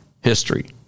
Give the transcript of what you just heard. history